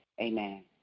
Amen